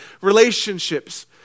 Relationships